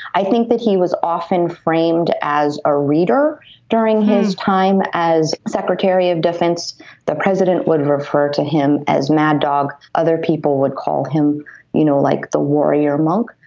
i think that he was often framed as a reader during his time as secretary of defense the president would refer to him as mad dog other people would call him you know like the warrior monk.